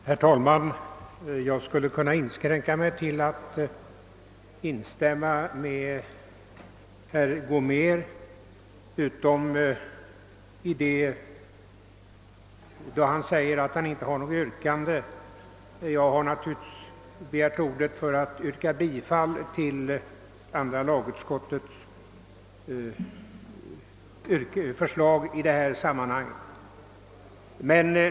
Herr talman! Jag skulle kunna inskränka mig till att instämma med herr Gomér utom däri, att han säger sig inte ha något yrkande. Jag har naturligtvis begärt ordet för att yrka bifall till andra lagutskottets förslag i detta sammanhang.